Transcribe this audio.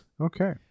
Okay